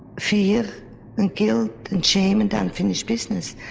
fear and guilt and shame and unfinished business.